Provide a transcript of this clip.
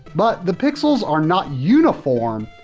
but the pixels are not uniform,